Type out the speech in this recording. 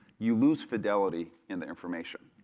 you lose fidelity in the information.